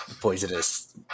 Poisonous